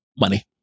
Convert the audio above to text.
money